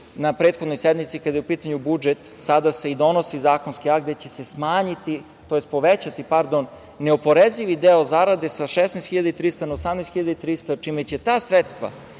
na prethodnoj sednici, kada je u pitanju budžet, sada se i donosi zakonski akti gde će se povećati ne oporezivi deo zarade sa 16.300 na 18.300, čime će ta sredstva